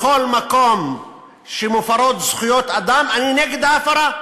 בכל מקום שבו מופרות זכויות אדם אני נגד ההפרה.